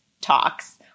talks